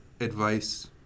advice